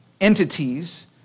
entities